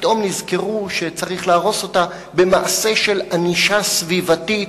פתאום נזכרו שצריך להרוס אותה במעשה של ענישה סביבתית,